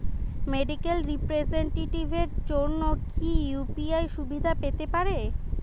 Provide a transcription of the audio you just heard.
Medical রিপ্রেজন্টেটিভদের জন্য কি ইউ.পি.আই সুবিধা পেতে পারে?